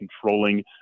controlling